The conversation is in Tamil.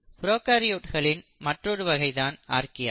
ப்ரோகாரியோட்களின் மற்றொரு வகை தான் ஆர்கியா